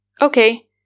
Okay